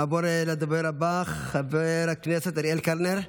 נעבור לדובר הבא, חבר הכנסת אריאל קלנר.